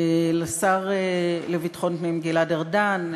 לשר לביטחון פנים גלעד ארדן,